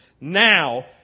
Now